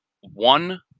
one